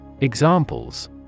Examples